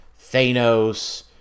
Thanos